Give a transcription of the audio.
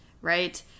right